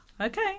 Okay